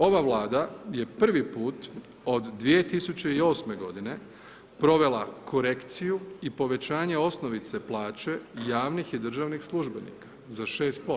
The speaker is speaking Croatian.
Ova Vlada je prvi put od 2008. godine provela korekciju i povećanje osnovice plaće javnih i državnih službenika za 6%